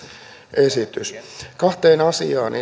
esitys kahteen asiaan